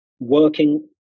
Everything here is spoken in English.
Working